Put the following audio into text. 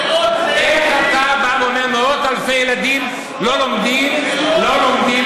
איך אתה בא ואומר מאות אלפי ילדים לא לומדים 55%?